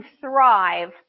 thrive